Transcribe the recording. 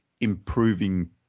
improving